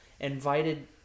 invited